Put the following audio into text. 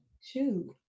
Shoot